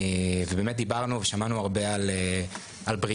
ובאמת דיברנו ושמענו הרבה על בריאות